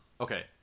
okay